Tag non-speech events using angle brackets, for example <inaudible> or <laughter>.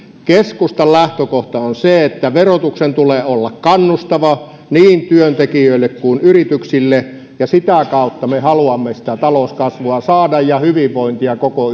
keskustan lähtökohta on se että verotuksen tulee olla kannustava niin työntekijöille kuin yrityksille ja sitä kautta me haluamme sitä talouskasvua saada ja hyvinvointia koko <unintelligible>